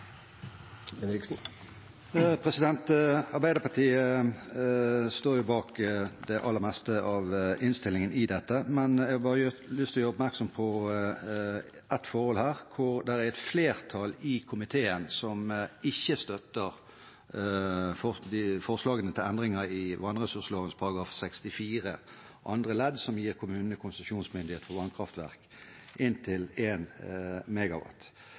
Arbeiderpartiet står bak det aller meste i innstillingen. Jeg har bare lyst til å gjøre oppmerksom på et forhold. Det er et flertall i komiteen som ikke støtter forslagene til endringer i vannressursloven § 64 andre ledd, som gir kommunene konsesjonsmyndighet for vannkraftverk på inntil 1 MW. Det er en